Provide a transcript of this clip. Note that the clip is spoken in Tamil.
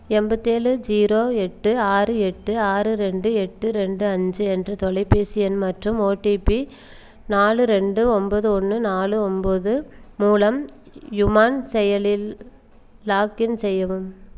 எண்பத்தேழு ஜீரோ எட்டு ஆறு எட்டு ஆறு ரெண்டு எட்டு ரெண்டு அஞ்சு என்ற தொலைபேசி எண் மற்றும் ஓடிபி நாலு ரெண்டு ஒம்பது ஒன்று நாலு ஒம்பது மூலம் யுமாங் செயலில் லாகின் செய்யவும்